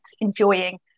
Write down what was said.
enjoying